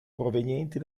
provenienti